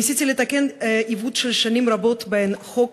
ניסיתי לתקן עיוות של שנים רבות שבהן חוק